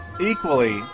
equally